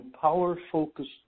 power-focused